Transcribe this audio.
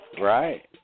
Right